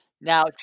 Now